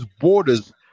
borders